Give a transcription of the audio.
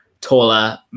taller